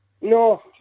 No